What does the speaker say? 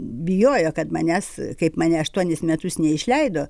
bijojo kad manęs kaip mane aštuonis metus neišleido